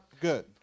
good